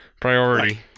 priority